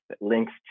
links